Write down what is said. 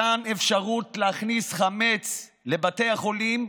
מתן אפשרות להכניס חמץ לבתי החולים,